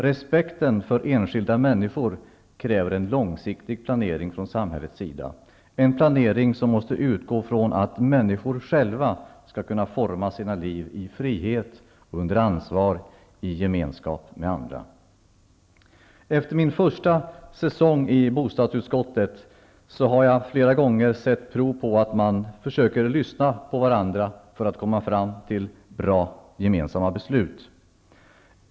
Respekten för enskilda människor kräver en långsiktig planering från samhällets sida, en planering som måste utgå från att människorna själva skall kunna forma sina liv i frihet och under ansvar i gemenskap med andra. Under min första säsong i bostadsutskottet har jag flera gånger sett prov på att man där försöker lyssna på varandra för att komma fram till bra gemensamma beslut.